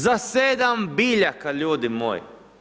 Za 7 biljaka ljudi moji.